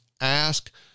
ask